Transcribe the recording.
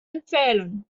empfehlen